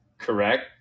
Correct